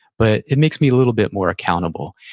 but it makes me a little bit more accountable.